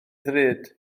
ddrud